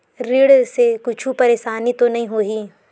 ऋण से कुछु परेशानी तो नहीं होही?